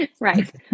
Right